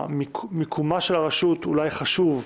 מיקומה של הרשות אולי חשוב,